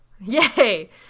Yay